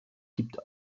gibt